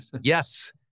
Yes